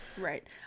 right